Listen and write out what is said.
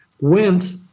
went